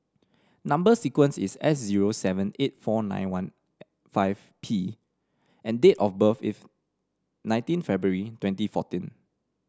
number sequence is S zero seven eight four nine one five P and date of birth is nineteen February twenty fourteen